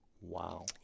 wow